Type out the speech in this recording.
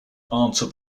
answer